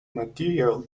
material